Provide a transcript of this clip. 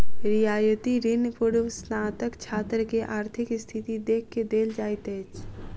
रियायती ऋण पूर्वस्नातक छात्र के आर्थिक स्थिति देख के देल जाइत अछि